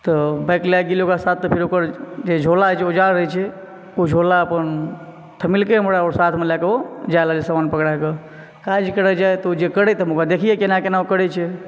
तऽ बाइक लयकऽ गेलियै ओकरा साथ तऽ फेर ओकर जे झोला रहैत छै जे उजार रहै छै ओ झोला अपन थमेलकै हमरा आओर साथ मे लैके जे लगलै सामान पकड़ैके काज करय जाइ तऽ ओ जे करय तऽ हम ओकरा देखियै केना केना ओ करै छै